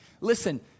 listen